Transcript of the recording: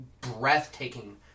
breathtaking